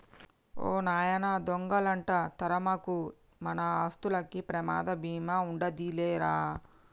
ఓ నాయనా దొంగలంట తరమకు, మన ఆస్తులకి ప్రమాద బీమా ఉండాదిలే రా రా